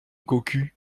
cocu